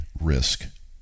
risk